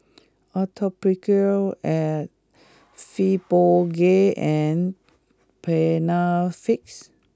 Atopiclair Fibogel and Panaflex